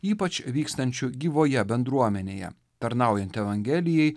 ypač vykstančiu gyvoje bendruomenėje tarnaujant evangelijai